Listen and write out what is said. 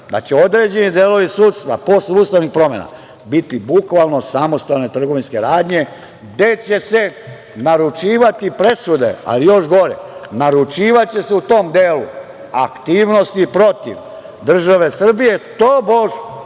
da će određeni delovi sudstva, posle ustavnih promena, biti bukvalno samostalne trgovinske radnje gde će se naručivati presude, ali još gore, naručivaće se u tom delu aktivnosti protiv države Srbije, tobož,